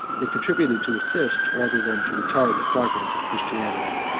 they contributed to assist rather than to retard the progress of christianity.